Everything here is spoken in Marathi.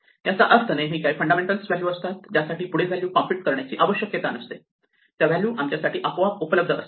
याचा अर्थ नेहमी काही फंडामेंटल व्हॅल्यू असतात ज्यासाठी पुढील व्हॅल्यू कॉम्प्युट करण्याची आवश्यकता नसते त्या व्हॅल्यू आमच्यासाठी आपोआप उपलब्ध असतात